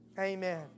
Amen